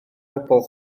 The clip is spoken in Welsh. bobl